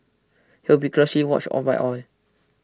he will be closely watched all by all